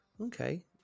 okay